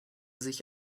sich